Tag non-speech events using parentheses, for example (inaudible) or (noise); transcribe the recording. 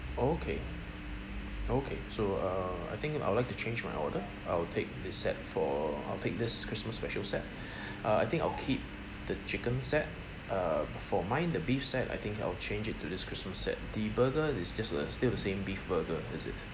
oh okay okay so err I think I'll like to change my order I'll take this set for I'll take this christmas special set (breath) uh I think I'll keep the chicken set err but for mine the beef set I think I'll change it to this christmas set the burger is just the still the same beef burger is it